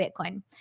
Bitcoin